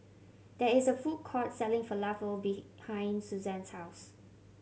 there is a food court selling Falafel behind Suzanne's house